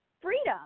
freedom